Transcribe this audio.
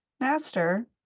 Master